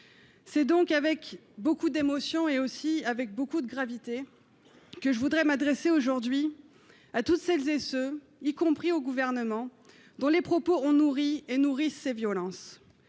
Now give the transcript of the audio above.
C'est donc avec beaucoup d'émotion, mais aussi avec beaucoup de gravité, que je voudrais m'adresser aujourd'hui à toutes celles et à tous ceux, y compris au Gouvernement, dont les propos ont nourri et nourrissent ces violences